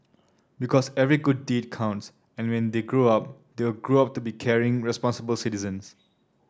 because every good deed counts and when they grow up they will grow up to be caring responsible citizens